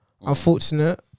unfortunate